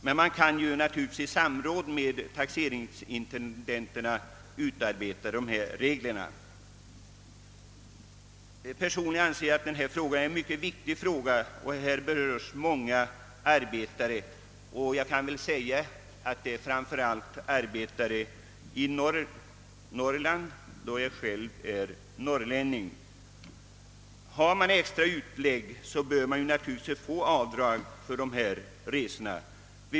Men reglerna kan naturligtvis utarbetas i samråd med taxeringsintendenterna. Personligen anser jag att denna fråga är mycket viktig. Den berör många arbetare, och då jag själv är norrlänning kan jag nämna att det framför allt gäller arbetare i Norrland. Har man extra utlägg, bör man naturligtvis få avdrag för dessa resor.